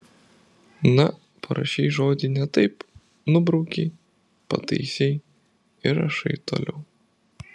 na parašei žodį ne taip nubraukei pataisei ir rašai toliau